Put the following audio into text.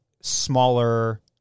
smaller